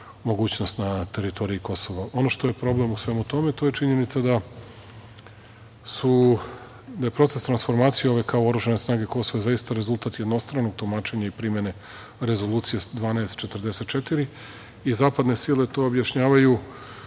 mogućnost na teritoriji Kosova. Ono što je problem u svemu tome, to je činjenica da je proces transformacije OVK-a u oružane snage Kosova, zaista rezultat jednostranog tumačenja i primene Rezolucije 1244. i zapadne sile to objašnjavaju